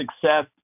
success